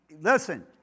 Listen